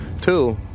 Two